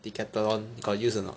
Decathlon got use or not